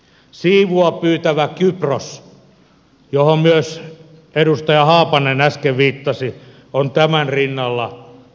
siivua pyytävä kypros johon myös edustaja haapanen äsken viittasi on tämän rinnalla kakkupala